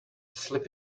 slip